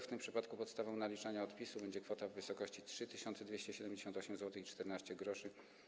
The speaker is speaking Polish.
W tym przypadku podstawą naliczania odpisu będzie kwota w wysokości 3278,14 zł.